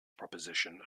proposition